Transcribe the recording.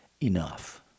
enough